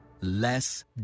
Less